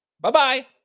Bye-bye